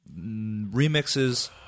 remixes